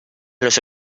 los